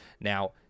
Now